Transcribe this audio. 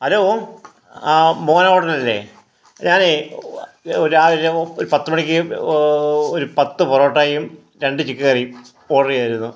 hello ആ മോഹനാ ഹോട്ടലല്ലേ ഞാനെ രാവിലെ ഒരു പത്തുമണിക്ക് ഒരു പത്ത് പൊറോട്ടയും രണ്ട് ചിക്കൻ കറിയും ഓർഡർ ചെയ്തിരുന്നു